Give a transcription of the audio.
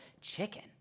chicken